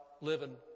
living